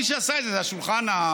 מי שעשה את זה זה השולחן הזה,